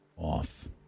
off